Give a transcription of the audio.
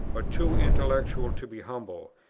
or too intellectual to be humble.